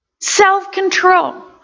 Self-control